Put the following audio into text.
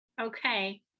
okay